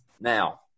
now